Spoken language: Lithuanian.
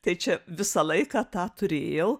tai čia visą laiką tą turėjau